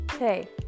Hey